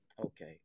Okay